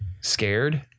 scared